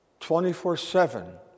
24-7